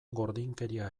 gordinkeria